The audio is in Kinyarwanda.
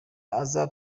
aza